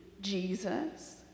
Jesus